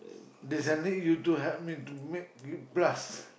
does that make you have to make me to a plus